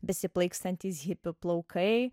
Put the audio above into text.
besiplaikstantys hipių plaukai